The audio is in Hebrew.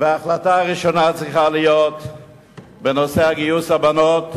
ההחלטה הראשונה צריכה להיות בנושא גיוס הבנות,